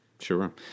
Sure